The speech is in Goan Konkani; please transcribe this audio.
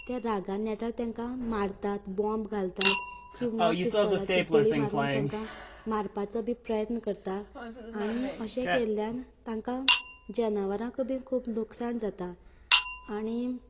ते रागान नेटार तेंकां मारतात बोंब घालतात किंवां पिस्तोलाची गुळी मारून तांका मारपाचो बी प्रयत्न करतात आनी अशें केल्ल्यान तांका जनावरांकूय बी खूब लूकसाण जाता आनी